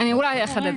אני אולי אחדד.